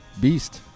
beast